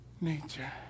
nature